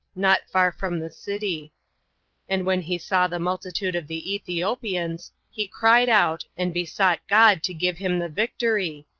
not far from the city and when he saw the multitude of the ethiopians, he cried out, and besought god to give him the victory,